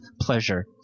pleasure